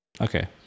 Okay